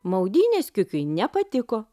maudynės kiukiui nepatiko